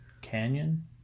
Canyon